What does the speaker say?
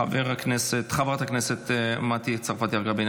חברת מטי צרפתי הרכבי,